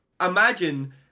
imagine